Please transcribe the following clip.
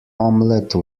omelette